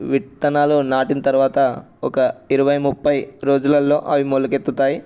విత్తనాలు నాటిన తర్వాత ఒక ఇరవై ముప్పై రోజులలో అవి మొలకెత్తుతాయి